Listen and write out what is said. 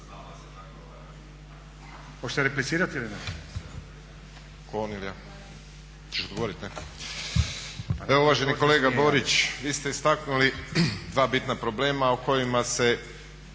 Hoćete replicirati ili ne?